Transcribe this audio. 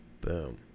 Boom